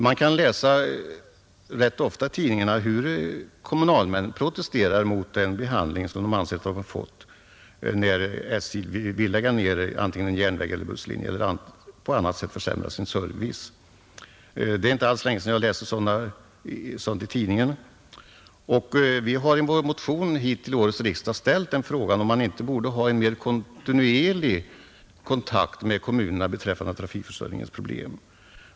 Man kan läsa rätt ofta i tidningarna, hur kommunalmän protesterar mot den behandling som de anser sig ha blivit utsatta för när SJ vill lägga ner antingen en järnvägslinje eller en busslinje eller på annat sätt försämra sin serviceDet är inte alls länge sedan jag läste om sådant i tidningen. Vi har i vår motion till årets riksdag ställt den frågan, om man inte borde ha en mer kontinuerlig kontakt med kommunerna beträffande trafikförsörjningens problem.